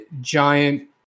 giant